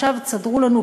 עכשיו תסדרו לנו,